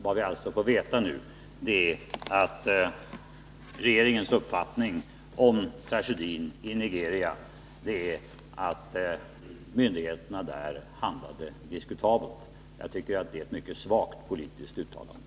Vad vi alltså fått veta nu är att regeringens uppfattning om tragedin i Nigeria är att myndigheterna där handlade diskutabelt. Jag tycker att det är ett mycket svagt politiskt uttalande.